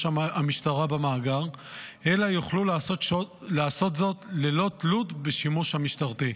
המשטרה במאגר אלא יוכלו לעשות זאת ללא תלות בשימוש המשטרתי.